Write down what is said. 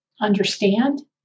understand